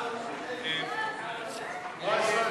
סעיף 41,